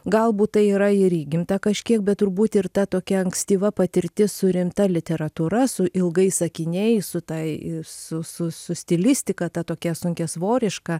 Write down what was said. galbūt tai yra ir įgimta kažkiek bet turbūt ir ta tokia ankstyva patirtis su rimta literatūra su ilgais sakiniais su ta i su su su stilistika ta tokia sunkiasvoriška